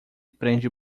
prende